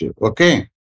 okay